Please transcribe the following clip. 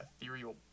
ethereal